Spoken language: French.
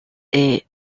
est